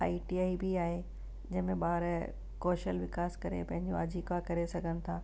I T I बि आहे जंहिं में ॿार कौशल विकास करे पंहिंजो आजीविका करे सघनि था